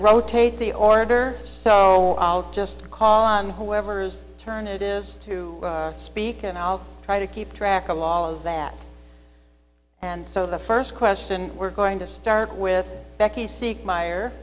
rotate the order so i'll just call on whoever's turn it is to speak and i'll try to keep track of all of that and so the first question we're going to start with becky seek m